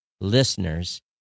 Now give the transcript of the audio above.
listeners